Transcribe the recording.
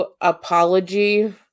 apology